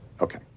Okay